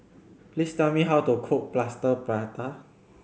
please tell me how to cook Plaster Prata